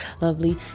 lovely